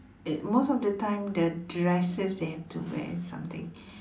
it most of the time the dresses they have to wear something